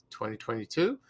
2022